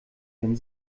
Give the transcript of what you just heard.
wenn